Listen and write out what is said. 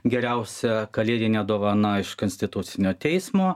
geriausia kalėdinė dovana iš konstitucinio teismo